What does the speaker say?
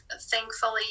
thankfully